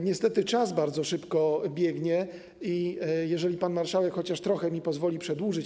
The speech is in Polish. Niestety czas bardzo szybko biegnie i jeżeli pan marszałek chociaż trochę mi pozwoli przedłużyć.